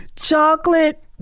chocolate